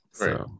right